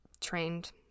trained